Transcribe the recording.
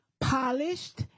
Polished